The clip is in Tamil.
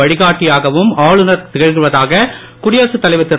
வழிகாட்டியாகவும் ஆளுநர்கள் திகழ்வதாக குடியரசு தலைவர் திரு